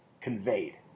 conveyed